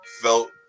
felt